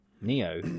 neo